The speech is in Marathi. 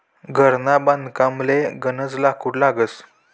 घरना बांधकामले गनज लाकूड लागस